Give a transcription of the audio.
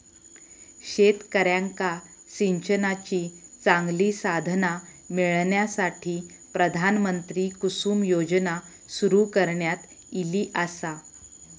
शेतकऱ्यांका सिंचनाची चांगली साधना मिळण्यासाठी, प्रधानमंत्री कुसुम योजना सुरू करण्यात ईली आसा